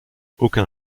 aucun